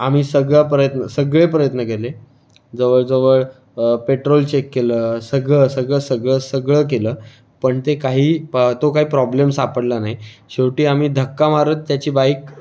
आम्ही सगळा प्रयत्न सगळे प्रयत्न केले जवळजवळ पेट्रोल चेक केलं सगळं सगळं सगळं सगळं केलं पण ते काही तो काय प्रॉब्लेम सापडला नाही शेवटी आम्ही धक्का मारत त्याची बाईक